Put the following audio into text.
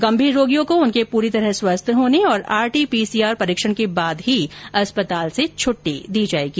गंभीर रोगियों को उनके पूरी तरह स्वस्थ होने और आरटी पीसीआर परीक्षण के बाद ही अस्पताल से छुट्टी दी जाएगी